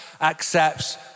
accepts